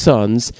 Sons